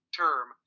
term